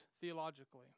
theologically